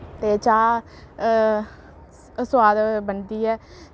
ते चाह् सोआद बनदी ऐ